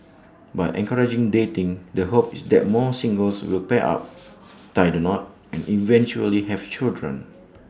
by encouraging dating the hope is that more singles will pair up tie the knot and eventually have children